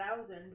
thousand